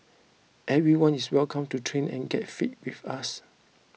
everyone is welcome to train and get fit with us